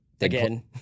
Again